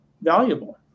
valuable